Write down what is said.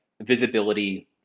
visibility